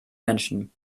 menschen